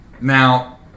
Now